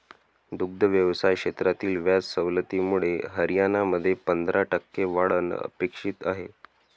दुग्ध व्यवसाय क्षेत्रातील व्याज सवलतीमुळे हरियाणामध्ये पंधरा टक्के वाढ अपेक्षित आहे